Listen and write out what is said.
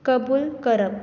कबूल करप